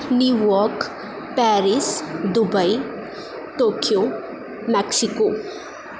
New York Paris Dubai Tokyo Mexico